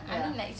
ya